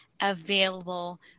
available